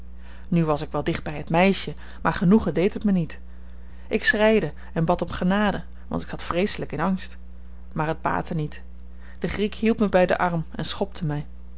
nu was ik wel dicht by het meisje maar genoegen deed het me niet ik schreide en bad om genade want ik zat vreeselyk in angst maar het baatte niet de griek hield me by den arm en schopte